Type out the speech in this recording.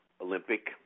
Olympic